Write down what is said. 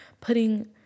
putting